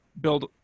build